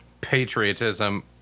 Patriotism